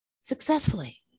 successfully